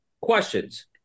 questions